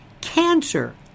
cancer